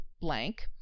blank